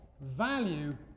value